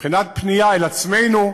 מבחינת פנייה אל עצמנו,